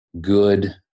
good